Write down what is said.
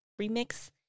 remix